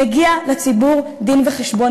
מגיע לציבור דין-וחשבון.